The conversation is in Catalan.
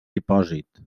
dipòsit